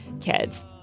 kids